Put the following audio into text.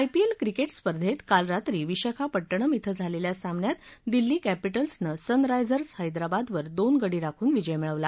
IPL cricket स्पर्धेत काल रात्री विशाखापट्टणम ध्वें झालेल्या सामन्यात दिल्ली कॅपिटल्सनं सनरायजर्स हैदराबादवर दोन गडी राखून विजय मिळवला